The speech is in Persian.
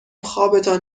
خوابتان